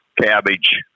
cabbage